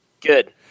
Good